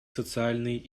социальной